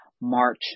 March